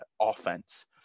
offense